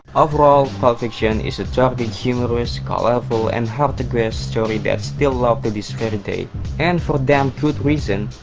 overall, pulp fiction is a darkly humorous, colourful and hard-to-guess story that's still loved to this very day and for damn good reason,